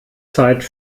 zeit